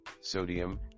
sodium